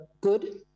good